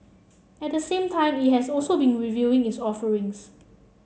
at the same time it has also been reviewing its offerings